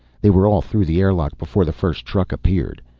they were all through the air lock before the first truck appeared.